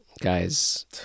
Guys